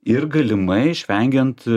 ir galimai išvengiant